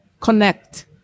connect